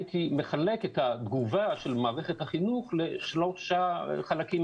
הייתי מחלק את התגובה של מערכת החינוך לשלושה חלקים,